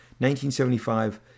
1975